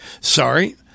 Sorry